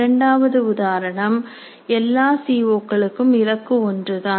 இரண்டாவது உதாரணம் எல்லா சி ஒ க்களுக்கும் இலக்கு ஒன்றுதான்